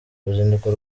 uruzinduko